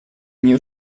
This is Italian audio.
mio